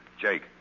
Jake